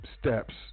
steps